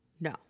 No